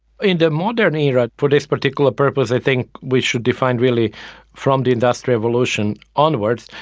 in the modern era for this particular purpose i think we should define really from the industrial revolution onwards,